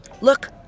Look